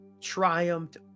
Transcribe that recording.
triumphed